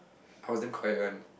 I was damn quiet one